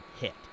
hit